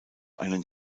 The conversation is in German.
einen